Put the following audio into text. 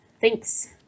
thanks